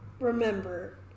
remember